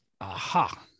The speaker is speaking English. aha